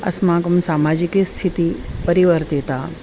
अस्माकं सामाजिकी स्थितिः परिवर्तिता